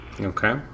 Okay